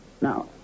Now